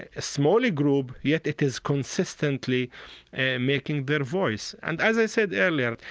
a smaller group, yet it is consistently making their voice. and as i said earlier,